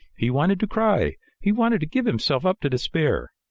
he wanted to cry, he wanted to give himself up to despair,